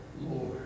Lord